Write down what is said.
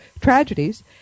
tragedies